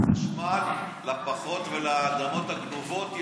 החשמל לפחון ולאדמות הגנובות יגיע.